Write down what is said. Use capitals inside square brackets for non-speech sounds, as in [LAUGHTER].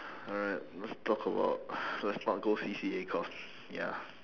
alright let's talk about [BREATH] let's not go C_C_A cause ya